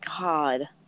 God